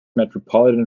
metropolitan